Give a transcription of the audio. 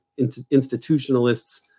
institutionalists